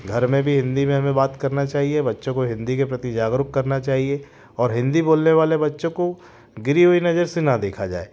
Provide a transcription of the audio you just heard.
घर में भी हिंदी में हमें बात करना चाहिए बच्चों को हिंदी के प्रति जागरूक करना चाहिए और हिंदी बोलने वाले बच्चों को गिरी हुई नज़र से ना देखा जाए